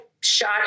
Shot